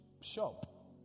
shop